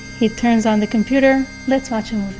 he turns on the computer, let's watch a